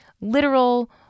literal